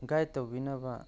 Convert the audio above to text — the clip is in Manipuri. ꯒꯥꯏꯠ ꯇꯧꯕꯤꯅꯕ